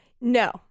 No